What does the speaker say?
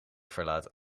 verlaat